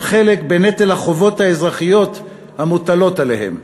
חלק בנטל החובות האזרחיות המוטלות עליהם.